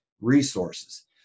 resources